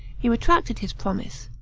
he retracted his promise.